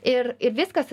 ir ir viskas